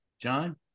john